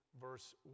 verse